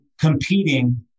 competing